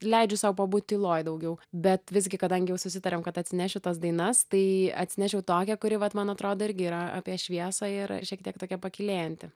leidžiu sau pabūt tyloj daugiau bet visgi kadangi jau susitarėm kad atsinešiu tas dainas tai atsinešiau tokią kuri vat man atrodo irgi yra apie šviesą yra šiek tiek tokia pakylėjanti